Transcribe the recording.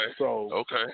okay